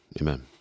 Amen